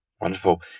wonderful